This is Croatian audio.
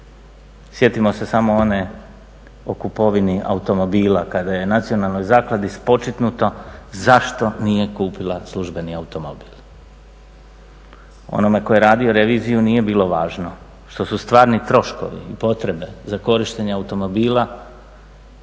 Sjetimo se samo one o kupovini automobila, kada je nacionalnoj zakladi spočitnuto zašto nije kupila službeni automobil. Onome tko je radio reviziju nije bilo važno što su stvarni troškovi i potrebe za korištenje automobila